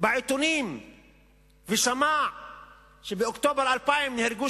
בעיתונים ושמע שבאוקטובר 2000 נהרגו